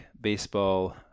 baseball